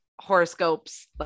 horoscopes